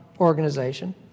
organization